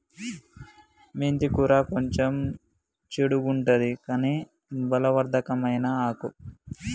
మెంతి కూర కొంచెం చెడుగుంటది కని బలవర్ధకమైన ఆకు